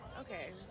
okay